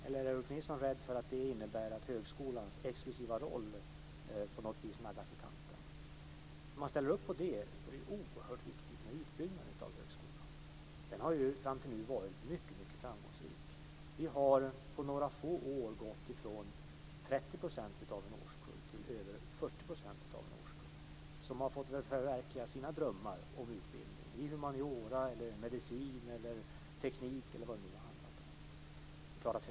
Eller är Ulf Nilsson rädd för att det innebär att högskolans exklusiva roll på något vis naggas i kanten? Om man ställer upp på det målet är utbyggnaden av högskolan oerhört viktig. Den har ju fram till nu varit mycket framgångsrik. Vi har på några få år gått från 30 % av en årskull till över 40 % av en årskull som har fått förverkliga sina drömmar om utbildning i humaniora, medicin, teknik eller vad det nu har handlat om.